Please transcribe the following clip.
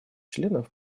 членов